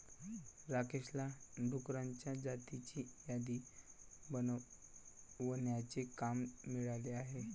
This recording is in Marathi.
राकेशला डुकरांच्या जातींची यादी बनवण्याचे काम मिळाले आहे